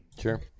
Sure